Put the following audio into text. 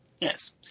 Yes